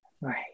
Right